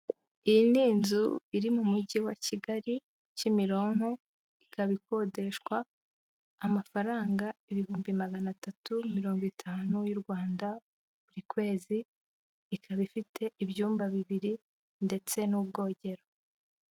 Iyi ni inzu iri mu mujyi wa Kigali-Kimironko, ikaba ikodeshwa amafaranga ibihumbi magana atatu mirongo itanu y'u Rwanda buri kwezi, ikaba ifite ibyumba bibiri ndetse n'ubwogero.